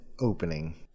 opening